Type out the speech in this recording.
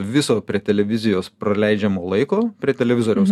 viso prie televizijos praleidžiamo laiko prie televizoriaus